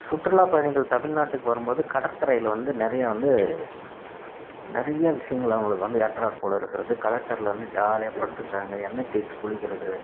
சுற்றுலா பயணிகள் தமிழ்நாட்டுக்கு வரும்போது கடற்கரையில் வந்து நிறையா வந்து நிறைய விஷயங்கள் அவங்களுக்கு வந்து ஏற்றார் போல் இருக்கிறது கடற்கரையில் வந்து ஜாலியாக படுத்துக்கிறாங்க எண்ணெய் தேய்ச்சு குளிக்கிறது